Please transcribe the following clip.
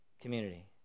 community